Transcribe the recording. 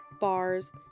bars